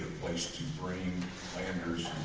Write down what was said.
place to bring landers